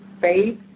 faith